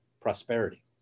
prosperity